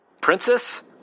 Princess